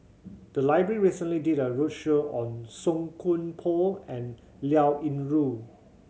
the library recently did a roadshow on Song Koon Poh and Liao Yingru